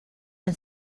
and